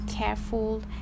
careful